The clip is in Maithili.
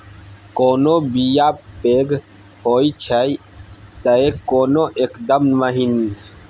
कोनो बीया पैघ होई छै तए कोनो एकदम महीन